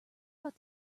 out